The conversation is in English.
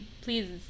please